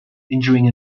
injuring